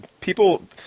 people